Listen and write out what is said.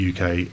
UK